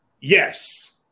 yes